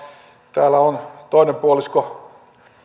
täällä on toinen puolisko